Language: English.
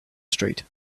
street